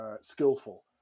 skillful